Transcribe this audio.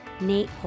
Nate